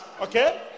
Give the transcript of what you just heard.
okay